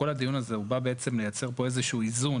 כל הדיון הזה בא בעצם לייצר פה איזשהו איזון